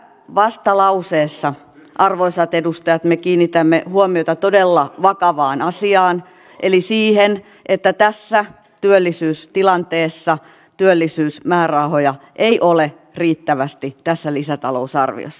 tässä vastalauseessa arvoisat edustajat me kiinnitämme huomiota todella vakavaan asiaan eli siihen että tässä työllisyystilanteessa työllisyysmäärärahoja ei ole riittävästi tässä lisätalousarviossa